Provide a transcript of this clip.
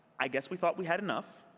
i guess we thought we had enough.